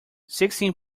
sixteen